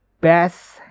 best